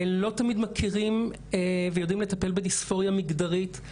לא תמיד מכירים ויודעים לטפל בדיספוריה מגדרית,